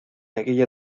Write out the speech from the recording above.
aquella